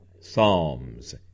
Psalms